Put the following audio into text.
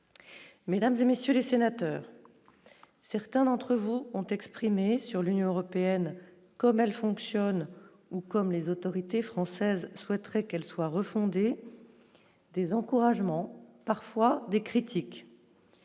Mesdames et messieurs les sénateurs, certains d'entre vous ont exprimé sur l'Union européenne, comme elle fonctionne ou comme les autorités françaises souhaiterait qu'elle soit refondée des encouragements parfois des critiques,